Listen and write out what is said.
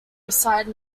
reside